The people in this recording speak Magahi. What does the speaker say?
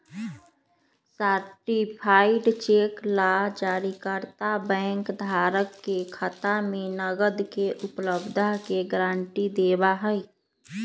सर्टीफाइड चेक ला जारीकर्ता बैंक धारक के खाता में नकद के उपलब्धता के गारंटी देवा हई